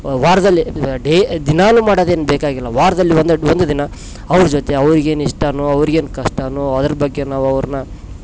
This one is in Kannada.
ವಾರದಲ್ಲಿ ಡೇ ದಿನಾಗಲು ಮಾಡೋದೇನು ಬೇಕಾಗಿಲ್ಲ ವಾರದಲ್ಲಿ ಒಂದು ಒಂದು ದಿನ ಅವರ ಜೊತೆ ಅವ್ರಿಗೇನು ಇಷ್ಟನೋ ಅವರಿಗೇನು ಕಷ್ಟನೋ ಅದರ ಬಗ್ಗೆ ನಾವು ಅವರನ್ನ